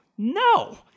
No